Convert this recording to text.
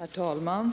Herr talman!